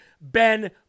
Ben